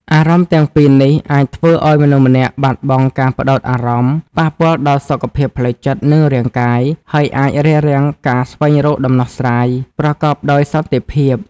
អារម្មណ៍ទាំងពីរនេះអាចធ្វើឲ្យមនុស្សម្នាក់បាត់បង់ការផ្ដោតអារម្មណ៍ ប៉ះពាល់ដល់សុខភាពផ្លូវចិត្ត និងរាងកាយ ហើយអាចរារាំងការស្វែងរកដំណោះស្រាយប្រកបដោយសន្តិភាព។